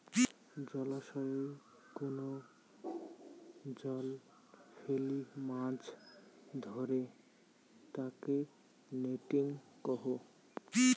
জলাশয়ই কুনো জাল ফেলি মাছ ধরে তাকে নেটিং কহু